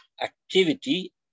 activity